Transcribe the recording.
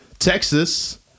Texas